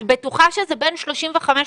את בטוחה שזה 35 ל-40?